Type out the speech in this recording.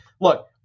look